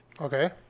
Okay